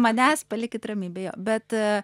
manęs palikit ramybėje bet a